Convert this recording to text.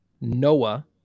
Noah